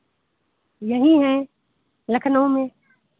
यहीं हैं लखनऊ में